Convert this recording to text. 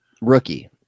Rookie